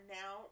now